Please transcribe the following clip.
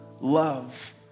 love